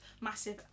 massive